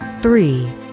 three